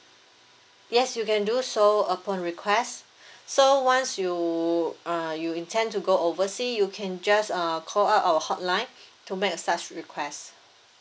yes you can do so upon request so once you uh you intend to go oversea you can just err call out our hotline to make a such request